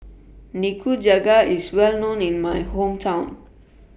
Nikujaga IS Well known in My Hometown